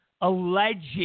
alleged